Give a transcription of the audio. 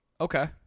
Okay